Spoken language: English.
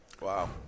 Wow